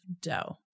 dough